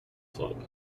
club